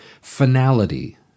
finality